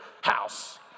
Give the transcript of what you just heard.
house